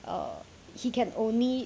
err he can only